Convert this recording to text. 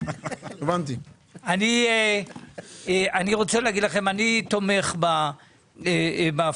אני רוצה להגיד לכם שאני תומך בהפרדה.